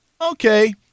okay